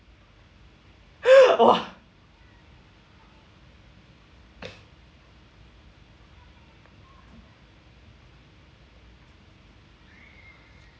!wah!